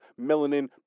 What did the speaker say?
melanin